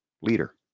leader